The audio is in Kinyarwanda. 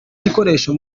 igikoresho